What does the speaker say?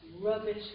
rubbish